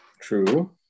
True